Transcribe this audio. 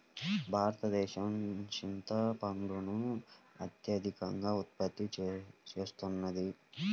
భారతదేశం చింతపండును అత్యధికంగా ఉత్పత్తి చేస్తున్నది